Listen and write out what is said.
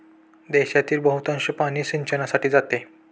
देशातील बहुतांश पाणी सिंचनासाठी जाते